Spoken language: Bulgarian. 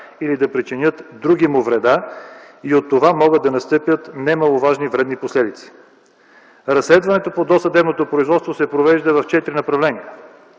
или да причинят другиму вреда и от това могат да настъпят немаловажни вредни последици. Разследването по досъдебното производство се провежда по четири направления.